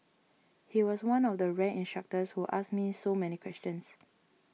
he was one of the rare instructors who asked me so many questions